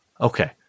Okay